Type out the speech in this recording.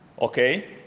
Okay